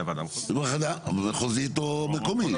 הוועדה המחוזית או המקומית.